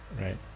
Right